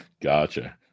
Gotcha